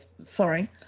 Sorry